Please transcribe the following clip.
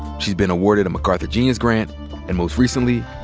she's been awarded a macarthur genius grant and, most recently,